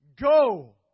Go